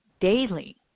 daily